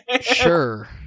Sure